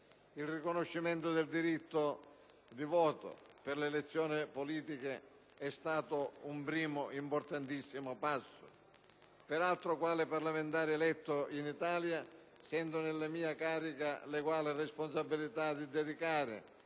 Il riconoscimento del diritto di voto per le elezioni politiche è stato un primo, importantissimo passo. Peraltro, quale parlamentare eletto in Italia, sento nella mia carica l'eguale responsabilità di dedicare